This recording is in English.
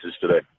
today